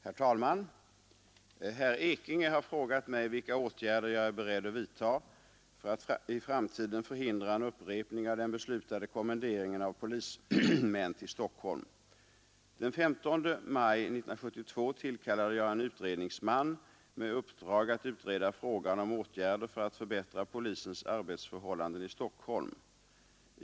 Herr talman! Herr Ekinge har frågat mig vilka åtgärder jag är beredd att vidta för att i framtiden förhindra en upprepning av den beslutade kommenderingen av polismän till Stockholm. Den 15 maj 1972 tillkallade jag en utredningsman med uppdrag att utreda frågan om åtgärder för att förbättra polisens arbetsförhållanden i Stockholm.